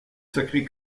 sacré